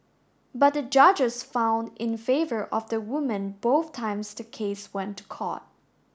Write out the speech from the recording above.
but the judges found in favour of the woman both times the case went to court